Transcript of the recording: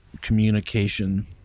communication